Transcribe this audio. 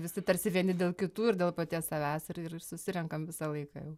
visi tarsi vieni dėl kitų ir dėl paties savęs ir ir susirenkam visą laiką jau